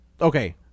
okay